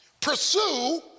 pursue